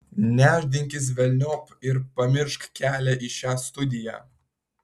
nešdinkis velniop ir pamiršk kelią į šią studiją